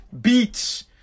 beats